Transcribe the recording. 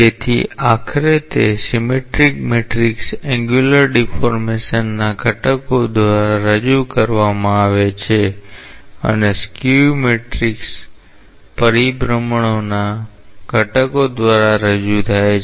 તેથી આખરે તે સિમેટ્રિક મેટ્રિક્સ એંન્ગ્યુલર ડીફૉર્મેશનના ઘટકો દ્વારા રજૂ કરવામાં આવે છે અને સ્કીવ સિમેટ્રિક મેટ્રિક્સ પરિભ્રમણના ઘટકો દ્વારા રજૂ થાય છે